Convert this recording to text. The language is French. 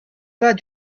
pas